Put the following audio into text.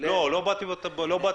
לא בא כביקורת,